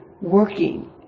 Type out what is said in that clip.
working